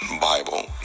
Bible